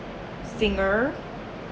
singer